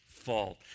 fault